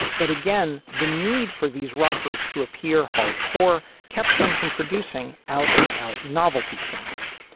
but again, the need for these rockers to appear hardcore kept them from producing out and out novelty singles.